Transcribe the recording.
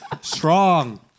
Strong